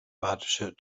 badische